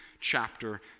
chapter